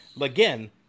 again